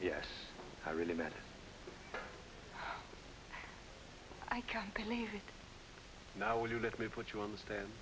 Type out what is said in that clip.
yes i really meant i can't believe you now would you let me put you on the stand